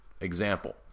Example